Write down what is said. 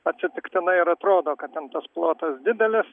atsitiktinai ir atrodo kad ten tas plotas didelis